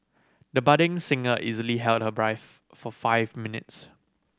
the budding singer easily held her breath for five minutes